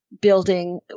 Building